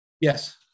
Yes